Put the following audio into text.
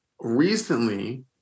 recently